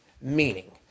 meaning